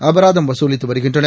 அபராதம் வசூலித்து வருகின்றனர்